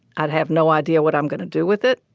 i'd have no idea what i'm going to do with it,